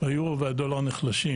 היורו והדולר נחלשים,